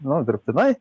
nu dirbtinai